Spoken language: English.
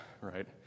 right